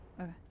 Okay